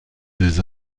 des